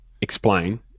explain